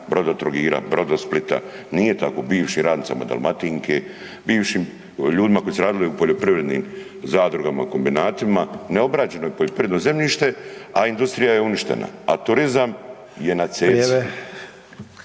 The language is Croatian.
Brodotrogira, Brodosplita, nije tako, bivšim radnicama Dalmatinke, bivšim ljudima koji su radili u poljoprivrednim zadrugama, kombinatima, neograđeno je poljoprivredno zemljište, a industrija je uništena, a turizam je na